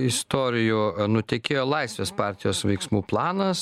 istorijų nutekėjo laisvės partijos veiksmų planas